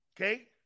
Okay